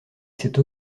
cette